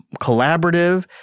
collaborative